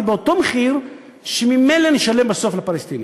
באותו מחיר שממילא נשלם בסוף לפלסטינים,